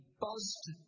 buzzed